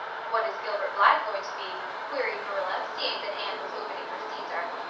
what is gilbert blythe going to be? queried marilla, seeing that anne was opening her caesar.